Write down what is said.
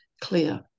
clear